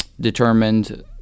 determined